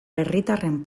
herritarren